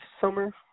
summer